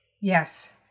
yes